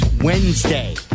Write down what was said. Wednesday